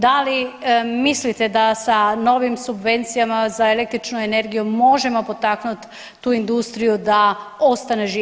Da li mislite da sa novim subvencijama za električnu energiju možemo potaknuti tu industriju da ostane živa?